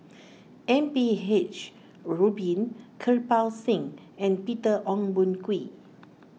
M P H Rubin Kirpal Singh and Peter Ong Boon Kwee